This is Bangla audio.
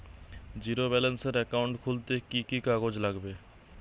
জীরো ব্যালেন্সের একাউন্ট খুলতে কি কি কাগজ লাগবে?